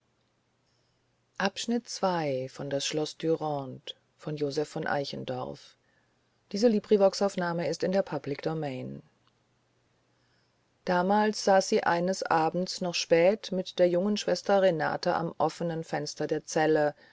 damals saß sie eines abends noch spät mit der jungen schwester renate am offenen fenster der zelle